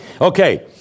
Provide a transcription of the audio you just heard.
Okay